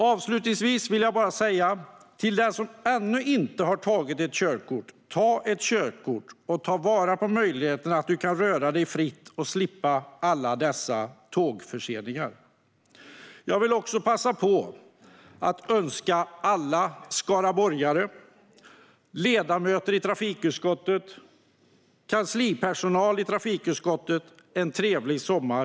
Avslutningsvis vill jag bara säga till den som ännu inte har tagit ett körkort: Ta ett körkort och ta vara på möjligheten att röra dig fritt och slippa alla dessa tågförseningar! Jag vill också passa på att önska alla skaraborgare samt ledamöter och kanslipersonal i trafikutskottet en trevlig sommar.